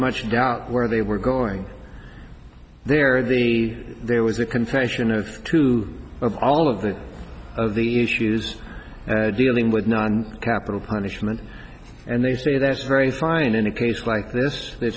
much doubt where they were going there the there was a confession of to of all of the of the issues dealing with non capital punishment and they say that's very fine in a case like this th